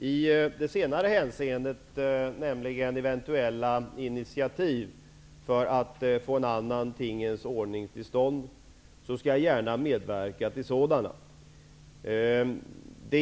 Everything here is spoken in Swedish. Fru talman! Jag skall gärna medverka till att det tas initiativ för att få en annan tingens ordning till stånd.